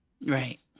Right